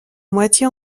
moitié